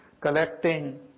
collecting